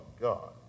God